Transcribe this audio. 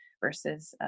versus